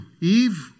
Eve